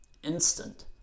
instant